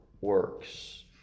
works